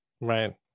right